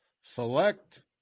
select